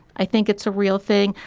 i think it's a real thing.